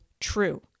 true